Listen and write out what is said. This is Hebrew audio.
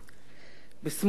ב"שמאל לירדן"